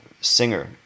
singer